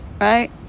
right